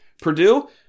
Purdue